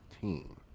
team